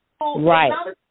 Right